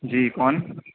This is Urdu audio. جی کون